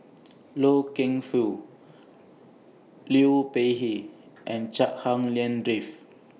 Loy Keng Foo Liu Peihe and Chua Hak Lien Dave